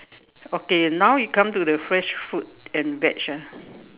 okay now you come the fresh fruit and veg ah